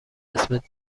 اسم